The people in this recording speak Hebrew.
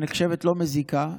הנחשבת לא מזיקה,